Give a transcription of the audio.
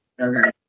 Okay